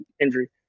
injury